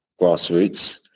grassroots